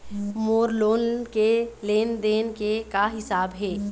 मोर loan के लेन देन के का हिसाब हे?